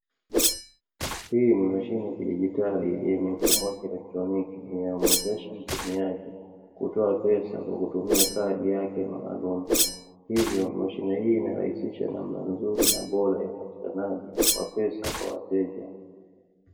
Hii ni mashine ya kidigitali yenye mfumo wa kielektroniki inayomuwezesha mtumiaji kutoa pesa kwa kutumia kadi yake maalumu. Hivyo, mashine hii inarahisisha namna nzuri na bora ya upatikanaji wa pesa kwa wateja.